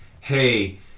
hey